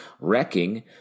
wrecking